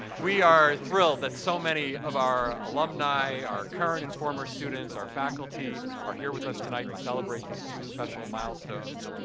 we are thrilled that so many of our alumni, our current and former students, our faculty are here with us tonight to celebrate these two special milestones.